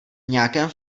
nějakém